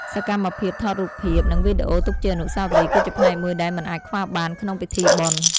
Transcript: សកម្មភាពថតរូបភាព និងវីដេអូទុកជាអនុស្សាវរីយ៍ គឺជាផ្នែកមួយដែលមិនអាចខ្វះបានក្នុងពិធីបុណ្យ។